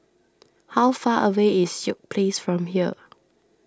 how far away is York Place from here